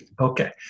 Okay